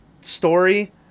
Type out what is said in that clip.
story